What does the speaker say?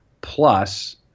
plus